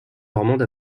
normandes